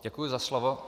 Děkuji za slovo.